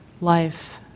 life